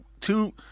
two